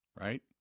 right